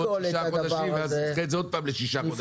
שישה חודשים ואז נדחה את זה לעוד שישה חודשים.